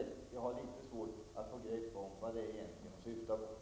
Jag har svårt att få grepp om vad Doris Håvik syftar på.